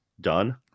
done